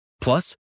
Plus